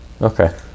Okay